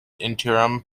interim